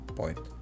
point